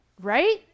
Right